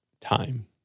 time